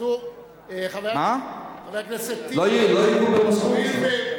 לא ייגעו במשכורות.